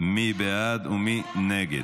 מי בעד ומי נגד?